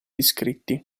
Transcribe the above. iscritti